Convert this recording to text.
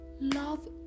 love